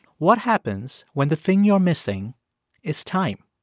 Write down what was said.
what happens when the thing you're missing is time,